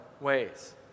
ways